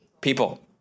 people